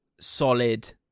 solid